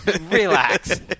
relax